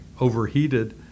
overheated